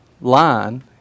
line